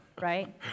right